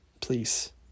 Please